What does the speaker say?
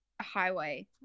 highway